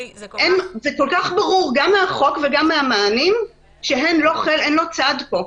זה כל כך ברור גם מהחוק וגם מהמענים שהן לא צד פה.